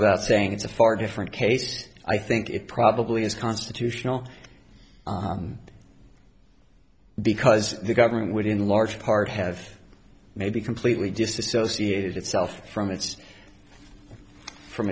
without saying it's a far different case i think it probably is constitutional because the government would in large part have maybe completely disassociated itself from its from